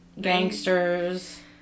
gangsters